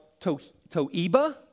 toiba